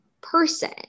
person